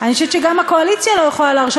אני חושבת שגם הקואליציה לא יכולה להרשות